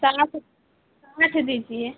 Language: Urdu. ساٹھ ساٹھ دیجیے